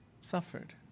suffered